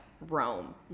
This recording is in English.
Rome